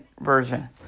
version